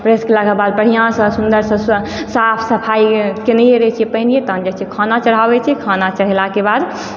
प्रवेश कएलाके बाद बढ़िआँसँ सुन्दरसँ साफ सफाइ केनहिए रहै छिऐ पहिनहिए काम जाइ छै खाना चढ़ाबै छिऐ खाना चढ़ेलाके बाद